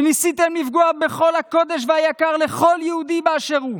וניסיתם לפגוע בכל הקדוש והיקר לכל יהודי באשר הוא,